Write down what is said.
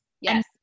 Yes